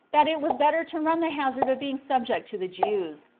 that it was better to run the hazard of being subject to the jews,